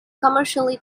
commercially